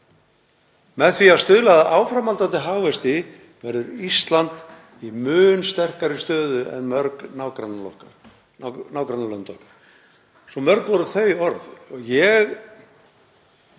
Með því að stuðla að áframhaldandi hagvexti verður Ísland í mun sterkari stöðu en mörg nágrannalönd okkar.“ Svo mörg voru þau orð.